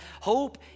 Hope